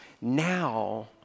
now